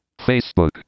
Facebook